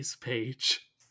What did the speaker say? page